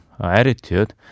attitude